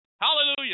Hallelujah